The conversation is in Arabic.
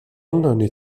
أنني